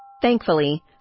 Thankfully